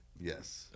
yes